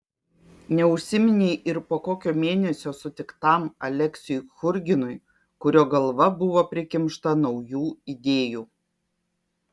neužsiminei ir po kokio mėnesio sutiktam aleksiui churginui kurio galva buvo prikimšta naujų idėjų